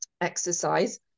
exercise